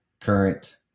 current